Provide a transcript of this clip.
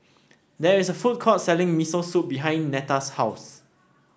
there is a food court selling Miso Soup behind Netta's house